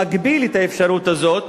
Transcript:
מגביל את האפשרות הזאת,